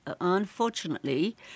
Unfortunately